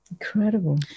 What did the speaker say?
incredible